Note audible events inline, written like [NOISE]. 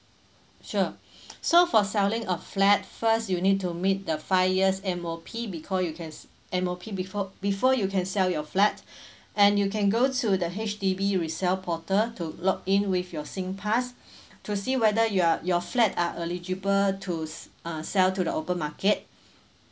sure [BREATH] so for selling a flat first you need to meet the five years M_O_P because you can s~ M_O_P befo~ before you can sell your flat [BREATH] and you can go to the H_D_B resell portal to log in with your singpass [BREATH] to see whether you are your flat are eligible to s~ err sell to the open market [BREATH]